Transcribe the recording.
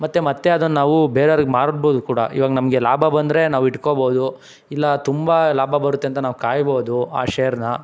ಮತ್ತೆ ಮತ್ತೆ ಅದನ್ನು ನಾವು ಬೇರೆರಿಗೆ ಮಾರ್ಬೋದು ಕೂಡ ಇವಾಗ ನಮಗೆ ಲಾಭ ಬಂದರೆ ನಾವು ಇಟ್ಕೋಬೋದು ಇಲ್ಲ ತುಂಬ ಲಾಭ ಬರುತ್ತೆ ಅಂತ ನಾವು ಕಾಯ್ಬೋದು ಆ ಶೇರನ್ನ